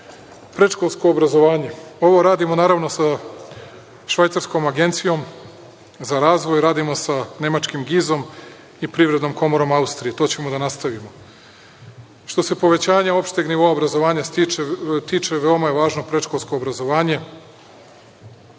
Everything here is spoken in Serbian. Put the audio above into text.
nastavi. Predškolsko obrazovanje, ovo radimo naravno sa Švajcarskom agencijom, za razvoj radimo sa Nemačkim GIZ-om i Privrednom komorom Austrije, to ćemo da nastavimo. Što se povećanja opšteg nivoa obrazovanja tiče, veoma je važno predškolsko obrazovanje.